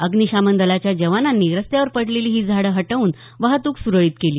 अग्निशमन दलाच्या जवानांनी रस्त्यावर पडलेली ही झाडं हटवून वाहतूक सुरळीत केली